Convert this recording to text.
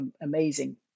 amazing